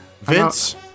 Vince